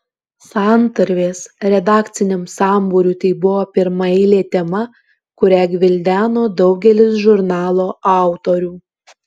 santarvės redakciniam sambūriui tai buvo pirmaeilė tema kurią gvildeno daugelis žurnalo autorių